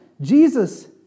Jesus